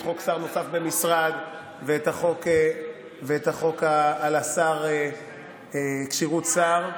את חוק שר נוסף במשרד ואת החוק על כשירות שר,